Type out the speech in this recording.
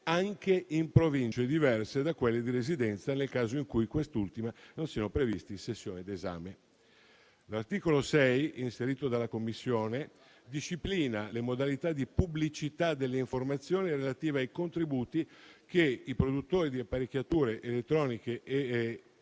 anche in Province diverse da quelle di residenza nel caso in cui in queste ultime non siano previste sessioni d'esame. L'articolo 6, inserito dalla Commissione, disciplina le modalità di pubblicità delle informazioni relative ai contributi che i produttori di apparecchiature elettroniche ed